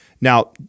Now